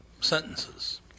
sentences